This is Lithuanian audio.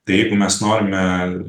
tai jeigu mes norime